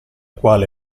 quale